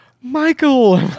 Michael